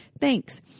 Thanks